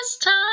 time